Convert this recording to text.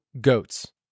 goats